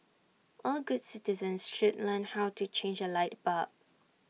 all good citizens should learn how to change A light bulb